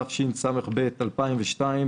התשס"ב-2002,